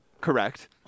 Correct